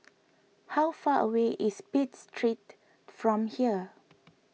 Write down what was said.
how far away is Pitt Street from here